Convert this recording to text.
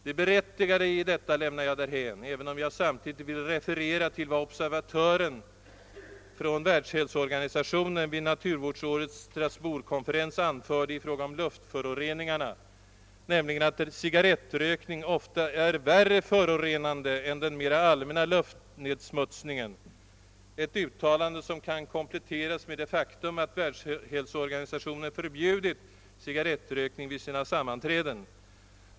Det berättigade i detta lämnar jag därhän, även om jag samtidigt vill referera till vad observatören från Världshälsoorganisationen vid naturvårdsårets Strasbourg-konferens anförde i fråga om luftföroreningarna, nämligen att cigarrettrökning ofta är värre förorenande än den mera allmänna luftnedsmutsningen, ett uttalande som kan kompletteras med det faktum att Världshälsoorganisationen förbjudit cigarrettrökning vid sina sammanträden.